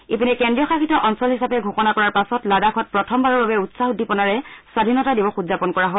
ইপিনে কেন্দ্ৰীয়শাসিত অঞ্চল হিচাপে ঘোষণা কৰাৰ পাছত লাডাখত প্ৰথমবাৰৰ বাবে উৎসাহ উদ্দীপনাৰে স্বধীনতা দিৱস উদযাপন কৰা হয়